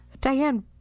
Diane